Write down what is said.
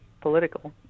political